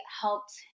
helped